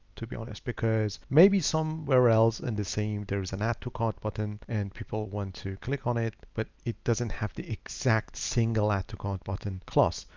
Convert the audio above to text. to be honest because maybe somewhere else and the same there is an add to cart button, and people want to click on it, but it doesn't have the exact single add to cart button class.